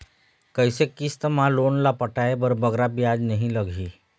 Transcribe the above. कइसे किस्त मा लोन ला पटाए बर बगरा ब्याज नहीं लगही?